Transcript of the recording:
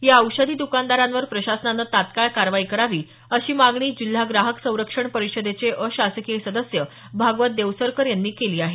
या औषधी दुकानदारांवर प्रशासनानं तात्काळ कारवाई करावी अशी मागणी जिल्हा ग्राहक संरक्षण परिषदेचे अशासकीय सदस्य भागवत देवसरकर यांनी केली आहे